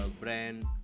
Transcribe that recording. brand